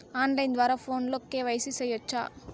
on line ద్వారా ఫోనులో KYC సేయొచ్చా